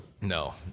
no